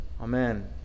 Amen